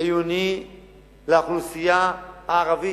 חיוני לאוכלוסייה הערבית.